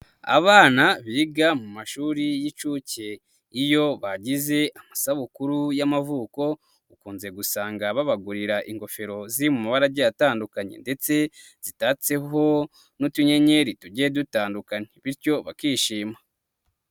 Abana biga mu mashuri y'inshuke, iyo bagize amasabukuru y'amavuko, ukunze gusanga babagurira ingofero ziri mu mabara agiye atandukanye ndetse zitatseho n'utunyenyeri tugiye dutandukanyekana, bityo bakishima.